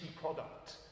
product